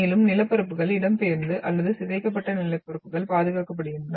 மேலும் நிலப்பரப்புகள் இடம்பெயர்ந்து அல்லது சிதைக்கப்பட்ட நிலப்பரப்புகள் பாதுகாக்கப்படுகின்றன